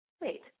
Wait